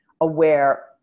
aware